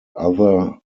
other